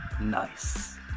nice